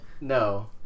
no